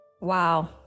Wow